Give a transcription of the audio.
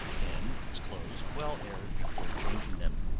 and its clothes well aired before changing them.